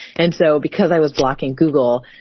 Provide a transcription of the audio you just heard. and so because i was blocking google,